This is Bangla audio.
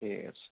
ঠিক আছে